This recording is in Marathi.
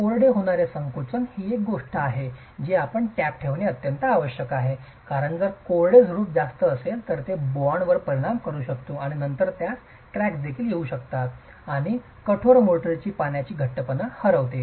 कोरडे होणारे संकोचन ही एक गोष्ट आहे जी आपणास टॅब ठेवणे आवश्यक आहे कारण जर कोरडे झुडूप जास्त असेल तर ते बाँडवर परिणाम करू शकते आणि नंतर त्यास क्रॅक्स देखील येऊ शकतात आणि कठोर मोर्टारची पाण्याची घट्टपणा हरवते